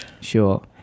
Sure